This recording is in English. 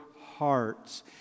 hearts